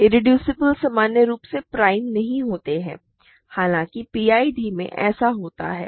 irreducible सामान्य रूप से प्राइम नहीं होते हैं हालाँकि पीआईडी में ऐसा होता है